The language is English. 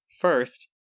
First